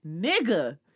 nigga